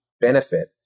benefit